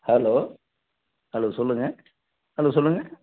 hello hello சொல்லுங்கள் hello சொல்லுங்கள்